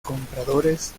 compradores